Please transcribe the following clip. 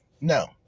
no